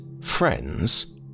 friends